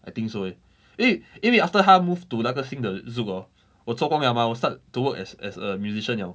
I think so eh 因为因为 after 它 move to 那个新的 zouk hor 我做工 liao mah 我 start to work as as a musician liao